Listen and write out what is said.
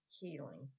healing